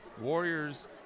Warriors